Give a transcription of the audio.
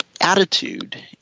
attitude